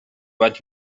vaig